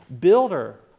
builder